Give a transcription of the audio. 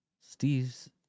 Steve's